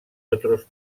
otros